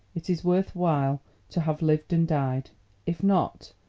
it is worth while to have lived and died if not,